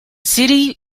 city